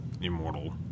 immortal